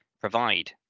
provide